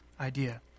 idea